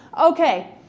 okay